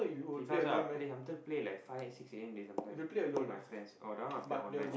see first lah play until play like five eight six a_m they sometimes play with my friends oh that one I play online